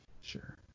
Sure